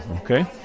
okay